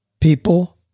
people